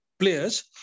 Players